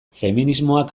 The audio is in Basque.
feminismoak